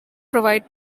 provide